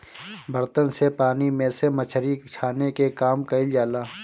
बर्तन से पानी में से मछरी छाने के काम कईल जाला